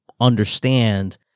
understand